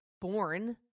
born